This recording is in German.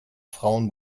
frauen